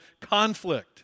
conflict